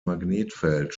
magnetfeld